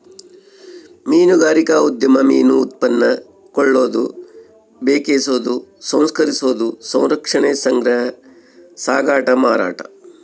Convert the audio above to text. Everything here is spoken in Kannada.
ಮೀನುಗಾರಿಕಾ ಉದ್ಯಮ ಮೀನು ಉತ್ಪನ್ನ ಕೊಳ್ಳೋದು ಬೆಕೆಸೋದು ಸಂಸ್ಕರಿಸೋದು ಸಂರಕ್ಷಣೆ ಸಂಗ್ರಹ ಸಾಗಾಟ ಮಾರಾಟ